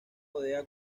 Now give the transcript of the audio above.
bodega